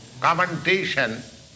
commentation